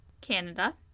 Canada